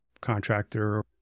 contractor